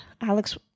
Alex